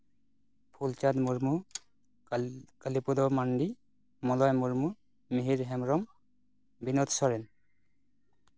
Phulchand Murmu Kali Kalipodo Mandi Moloy Murmu Mihir Hembrom Binod Soren